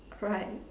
right